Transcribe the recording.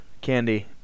candy